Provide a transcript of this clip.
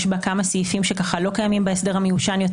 יש בה כמה סעיפים שלא קיימים בהסדר המיושן יותר